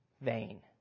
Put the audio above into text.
vain